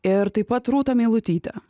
ir taip pat rūtą meilutytę